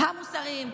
ה-מוסריים,